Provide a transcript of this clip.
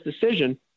decision